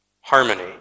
harmony